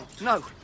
No